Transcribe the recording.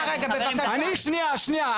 אני, שנייה, שנייה.